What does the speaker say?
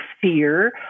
fear